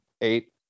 Eight